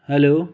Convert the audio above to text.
hello